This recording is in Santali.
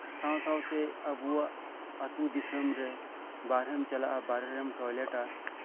ᱥᱟᱶ ᱥᱟᱶᱛᱮ ᱟᱵᱚᱣᱟᱜ ᱟᱹᱛᱩ ᱫᱤᱥᱚᱢᱨᱮ ᱵᱟᱦᱨᱮᱢ ᱪᱟᱞᱟᱜᱼᱟ ᱵᱟᱦᱨᱮ ᱨᱮᱢ ᱴᱚᱭᱞᱮᱴᱼᱟ